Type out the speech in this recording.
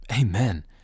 Amen